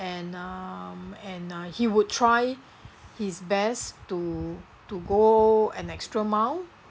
and um and uh he would try his best to to go an extra mile